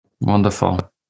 Wonderful